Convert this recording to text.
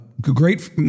great